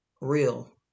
real